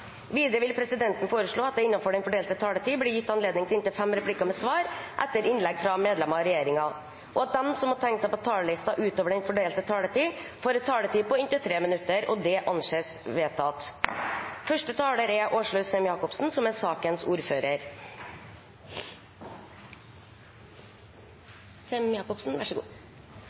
Videre vil presidenten foreslå at det – innenfor den fordelte taletid – blir gitt anledning til inntil fem replikker med svar etter innlegg fra medlemmer av regjeringen, og at de som måtte tegne seg på talerlisten utover den fordelte taletid, får en taletid på inntil 3 minutter. – Det anses vedtatt.